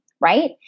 right